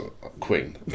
Queen